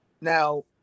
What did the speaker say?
Now –